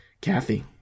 Kathy